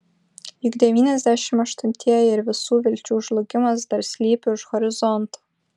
juk devyniasdešimt aštuntieji ir visų vilčių žlugimas dar slypi už horizonto